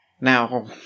Now